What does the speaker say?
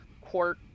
quart